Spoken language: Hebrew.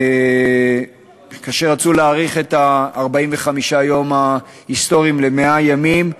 כאשר רצו להאריך את 45 היום ההיסטוריים ל-100 ימים,